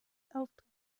auftrieb